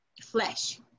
flesh